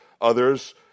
others